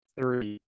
three